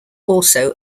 also